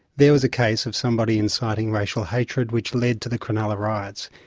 there was a case of somebody inciting racial hatred which led to the cronulla riots.